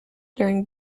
during